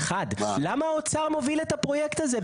למה האוצר מוביל את הפרויקט הזה?